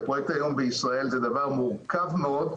ופרויקט היום בישראל זה דבר מורכב מאוד,